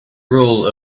rule